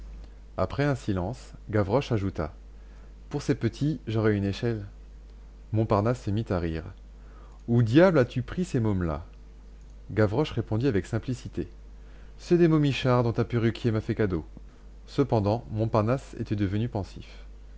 après un silence gavroche ajouta pour ces petits j'aurai une échelle montparnasse se mit à rire où diable as-tu pris ces mômes là gavroche répondit avec simplicité c'est des momichards dont un perruquier m'a fait cadeau cependant montparnasse était devenu pensif